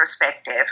perspective